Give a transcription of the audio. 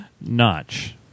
notch